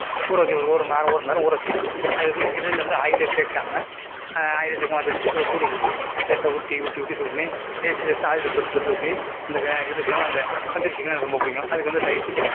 ஊற வெச்சு ஒரு ஒருமணி நேரம் ஒருமணி நேரம் ஊற வெச்சிடுறது அதுக்கு வந்து கிரில்லில் வந்து ஆயில் சேர்க்காம ஆயிலே சேர்க்காம அந்த வெச்சு சூடு சூடு பண்ணது லேசாக உருட்டி உருட்டி உருட்டி சூடு பண்ணி இதை தொட்டு தொட்டு வெச்சு அந்த தந்தூரி சிக்கன் எனக்கு ரொம்ப பிடிக்கும் அதுக்கு வந்து தயிர் பச்சடி